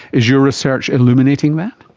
is your research illuminating that?